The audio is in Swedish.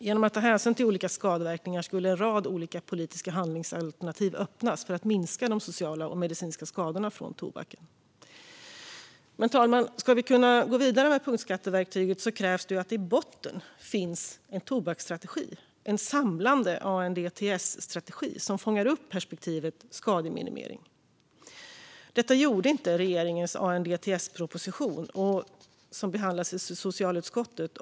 Genom att ta hänsyn till olika skadeverkningar skulle en rad olika politiska handlingsalternativ öppnas för att minska de sociala och medicinska skadorna från tobaken. Men, fru talman, ska vi kunna gå vidare med punktskatteverktyget krävs det att det i botten finns en tobaksstrategi, en samlande ANDTS-strategi som fångar upp perspektivet skademinimering. Detta gjorde inte regeringens ANDTS-proposition som behandlas i socialutskottet.